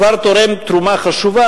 כבר תורם תרומה חשובה,